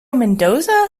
mendoza